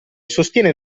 sostiene